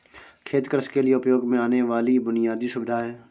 खेत कृषि के लिए उपयोग में आने वाली बुनयादी सुविधा है